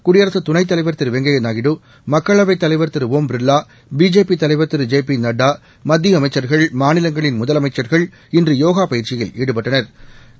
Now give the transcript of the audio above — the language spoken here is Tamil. குடியரசு துணைத்தலைவர் திரு வெங்கையா நாயுடு மக்களவை தலைவர் திரு ஒம் பிர்வா பிஜேபி தலைவர் திரு ஜெ பி நட்டா மத்திய அமைச்சா்கள் மாநிலங்களின் முதலமைச்சா்கள் இன்று யோகா பயிற்சியில் ஈடுபட்டனா்